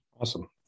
Awesome